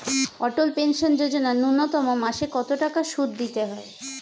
অটল pension Yojana ন্যূনতম মাসে কত টাকা সুধ দিতে হয়?